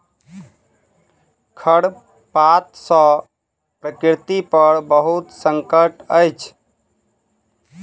खरपात सॅ प्रकृति पर बहुत गंभीर संकट अछि